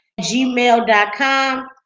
gmail.com